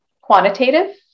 quantitative